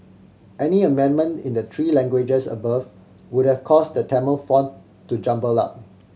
any amendment in the three languages above would have caused the Tamil font to jumble up